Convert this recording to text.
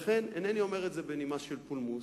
לכן, אינני אומר את זה בנימה של פולמוס.